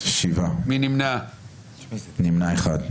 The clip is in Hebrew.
בוא תגיד את זה לילדים שלי בני הארבע, נראה אותך.